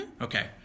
Okay